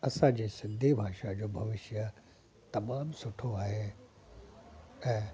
असां जे सिंधी भाषा जो भविष्य तमामु सुठो आहे ऐं